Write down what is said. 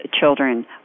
children